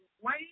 wait